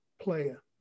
player